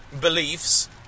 beliefs